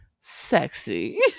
sexy